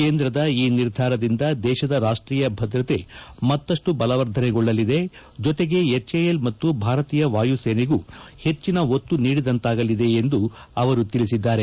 ಕೇಂದ್ರದ ಈ ನಿರ್ಧಾರದಿಂದ ದೇಶದ ರಾಷ್ಷೀಯ ಭದ್ರತೆ ಮತ್ತಷ್ಟು ಬಲವರ್ಧನೆಗೊಳ್ಳಲಿದೆ ಜೊತೆಗೆ ಎಚ್ಎಎಲ್ ಮತ್ತು ಭಾರತೀಯ ವಾಯುಸೇನೆಗೂ ಹೆಚ್ಚಿನ ಒತ್ತು ನೀಡಿದಂತಾಗಲಿದೆ ಎಂದು ಅವರು ತಿಳಿಸಿದ್ದಾರೆ